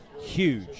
Huge